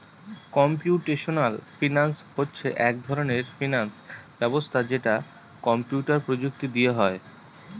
computational finance হচ্ছে এক ধরনের ফিনান্স ব্যবস্থা যেটা কম্পিউটার প্রযুক্তি দিয়ে হয়